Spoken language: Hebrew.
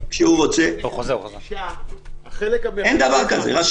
כמו שיש אגב בהרבה מאוד דברים שמחליטים פה בבניין הכנסת שיש לראש